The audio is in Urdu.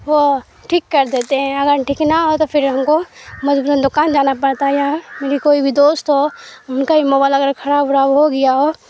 وہ ٹھیک کر دیتے ہیں اگر ٹھیک نہ ہو تو پھر ہم کو مبوجراً دکان جانا پڑتا ہے یا میری کوئی بھی دوست ہو ان کا بھی موبائل اگر خراب وراب ہو گیا ہو